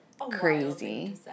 crazy